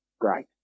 Great